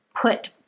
put